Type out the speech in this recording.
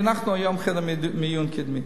חנכנו היום חדר מיון קדמי.